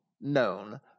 known